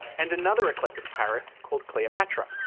and another eclectus parrot called cleopatra.